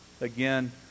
Again